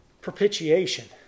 Propitiation